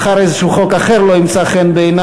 מחר איזשהו חוק אחר לא ימצא חן בעיני